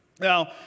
Now